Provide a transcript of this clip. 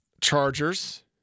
Chargers